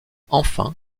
enfin